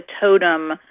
totem